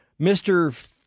Mr